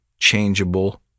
changeable